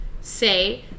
say